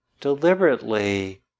deliberately